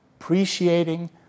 appreciating